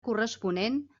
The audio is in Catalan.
corresponent